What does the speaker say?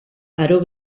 aro